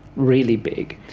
really big,